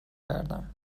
کردم